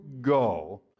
go